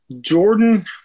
Jordan